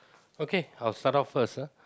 okay I will start off first ah